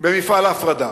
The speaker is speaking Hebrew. במפעל ההפרדה.